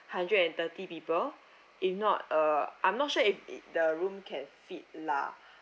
hundred and thirty people if not uh I'm not sure if it the room can fit lah